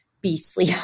beastly